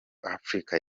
africa